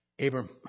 Abram